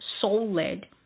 soul-led